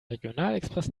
regionalexpress